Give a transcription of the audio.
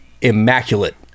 immaculate